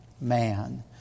man